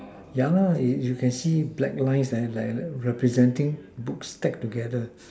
yeah you can can see black lines and like like representing books stacked together